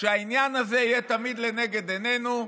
שהעניין הזה יהיה תמיד לנגד עינינו,